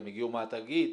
גם הגיעו מהתאגיד.